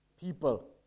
people